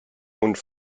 und